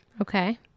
Okay